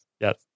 Yes